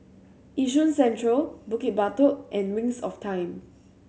Yishun Central Bukit Batok and Wings of Time